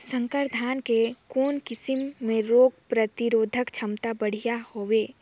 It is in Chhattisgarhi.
संकर धान के कौन किसम मे रोग प्रतिरोधक क्षमता बढ़िया हवे?